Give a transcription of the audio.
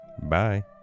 Bye